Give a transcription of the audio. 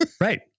Right